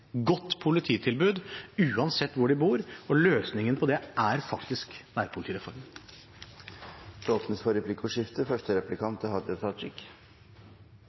godt polititilbud uansett hvor de bor, og løsningen på det er faktisk nærpolitireformen. Det blir replikkordskifte. Eit aktsemdkart for flaum frå NVE viser at det er